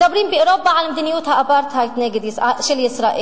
מדברים באירופה על מדיניות האפרטהייד של ישראל.